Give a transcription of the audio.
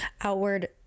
outward